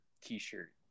t-shirt